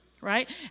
right